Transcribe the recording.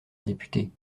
députée